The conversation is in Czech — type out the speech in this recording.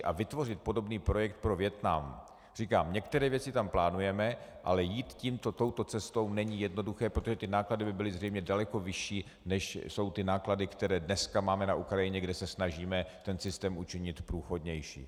A vytvořit podobný projekt pro Vietnam říkám, některé věci tam plánujeme, ale jít touto cestou není jednoduché, protože náklady by byly zřejmě daleko vyšší, než jsou náklady, které dneska máme na Ukrajině, kde se snažíme ten systém učinit průchodnějším.